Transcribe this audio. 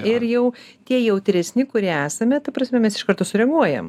ir jau tie jautresni kurie esame ta prasme mes iš karto sureaguojam